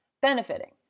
benefiting